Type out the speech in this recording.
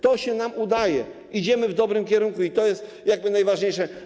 To się nam udaje, idziemy w dobrym kierunku i to jest najważniejsze.